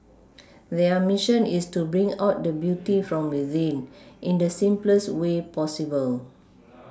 their Mission is to bring out the beauty from within in the simplest way possible